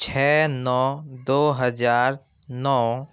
چھ نو دو ہزار نو